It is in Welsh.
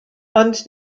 ond